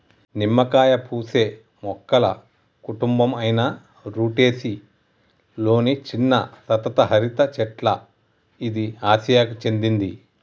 నిమ్మకాయ పూసే మొక్కల కుటుంబం అయిన రుటెసి లొని చిన్న సతత హరిత చెట్ల ఇది ఆసియాకు చెందింది